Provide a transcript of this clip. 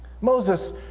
Moses